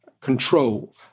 control